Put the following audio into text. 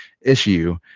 issue